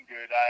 good